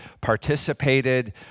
participated